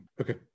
okay